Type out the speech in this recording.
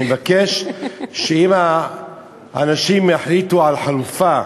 אני מבקש שאם האנשים יחליטו על חלופה,